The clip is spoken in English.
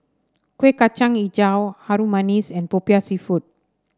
Kuih Kacang hijau Harum Manis and popiah seafood